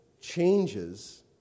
changes